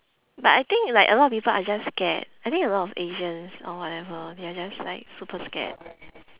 but I think like a lot of people are just scared I think a lot of asians or whatever they are just like super scared